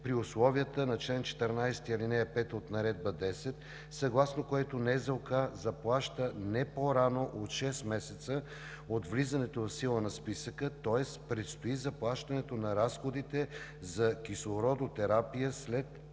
при условията на чл. 14, ал. 5 от Наредба № 10, съгласно която НЗОК заплаща не по-рано от шест месеца от влизането в сила на списъка, тоест предстои заплащането на разходите за кислородотерапия след 1